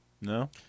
No